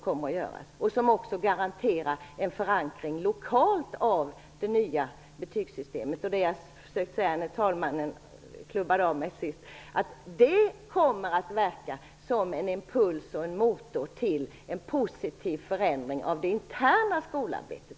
Det garanterar också en lokal förankring av det nya betygssystemet. Det kommer att verka som en impuls och motor till en positiv förändring av det interna skolarbetet.